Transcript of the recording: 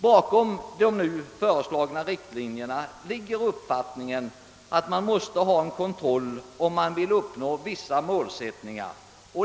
Bakom de nu föreslagna riktlinjerna ligger uppfattningen att man måste ha en kontroll, om man vill uppnå vissa målsättningar.